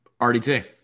RDT